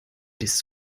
bist